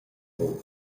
buc